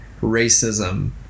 racism